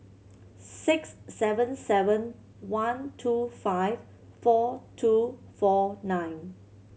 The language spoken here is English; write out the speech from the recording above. six seven seven one two five four two four nine